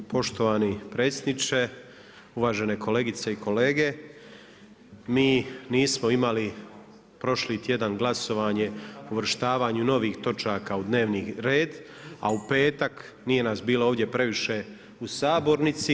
Poštovani predsjedniče, uvažene kolegice i kolege mi nismo imali prošli tjedan glasovanje o uvrštavanju novih točaka u dnevni red, a u petak nije nas bilo ovdje previše u sabornici.